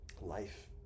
life